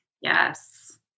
Yes